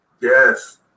Yes